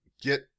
get